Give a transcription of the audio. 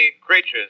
creatures